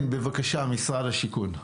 משרד השיכון.